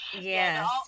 Yes